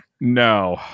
No